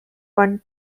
one